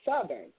Southern